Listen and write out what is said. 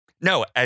No